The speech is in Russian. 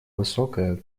высокая